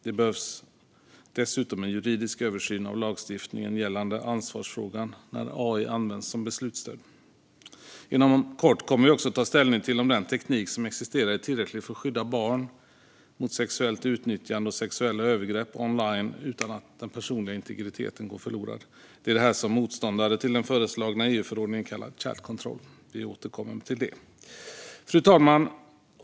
Det behövs dessutom en juridisk översyn av lagstiftningen gällande ansvarsfrågan när AI används som beslutsstöd. Inom kort kommer vi också att ta ställning till om den teknik som existerar är tillräcklig för att skydda barn mot sexuellt utnyttjande och sexuella övergrepp online utan att den personliga integriteten går förlorad. Det är detta som motståndare till den föreslagna EU-förordningen kallar child control. Vi återkommer till det. Fru talman!